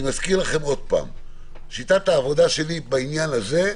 אני מזכיר לכם שוב ששיטת העבודה שלי בעניין הזה,